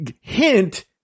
Hint